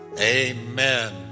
Amen